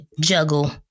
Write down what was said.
juggle